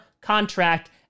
contract